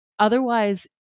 Otherwise